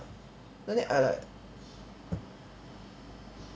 then I like